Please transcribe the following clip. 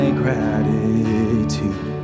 gratitude